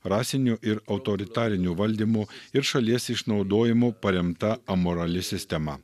rasiniu ir autoritariniu valdymu ir šalies išnaudojimu paremta amorali sistema